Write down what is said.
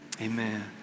amen